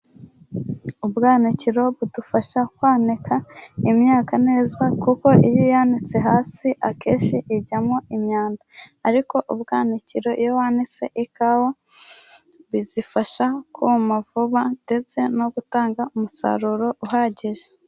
Ubwanikiro budufasha kwanika imyaka neza kuko iyo wanitse hasi akenshi ijyamo imyanda, ariko ubwanikiro iyo wanitse ikawa bizifasha kuma vuba ndetse no gutanga umusaruro uhagije.